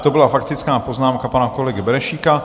To byla faktická poznámka pana kolegy Benešíka.